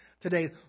today